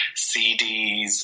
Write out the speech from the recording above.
CDs